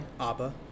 Abba